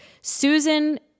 Susan